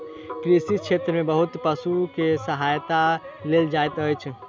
कृषि क्षेत्र में बहुत पशु के सहायता लेल जाइत अछि